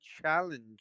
challenge